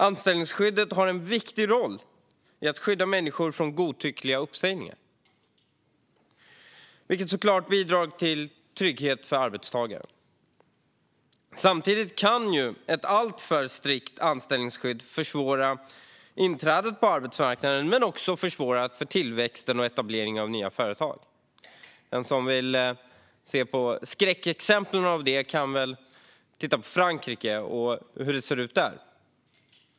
Anställningsskyddet har en viktig roll i att skydda människor från godtyckliga uppsägningar, vilket givetvis bidrar till trygghet för arbetstagaren. Samtidigt kan ett alltför strikt anställningsskydd försvåra inträdet på arbetsmarknaden och försvåra för tillväxten och etableringen av nya företag. Ett skräckexempel på detta kan man se i Frankrike.